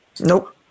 Nope